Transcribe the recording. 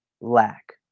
lack